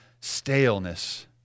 staleness